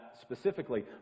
specifically